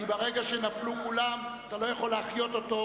כי ברגע שנפלו כולם אתה לא יכול להחיות אותו,